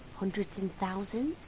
hundreds and thousands,